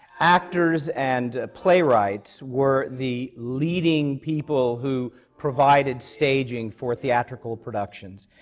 actors and playwrights were the leading people who provided staging for theatrical productions.